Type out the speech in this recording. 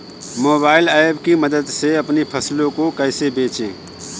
Mobile app की मदद से अपनी फसलों को कैसे बेचें?